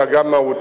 אלא גם מהותי,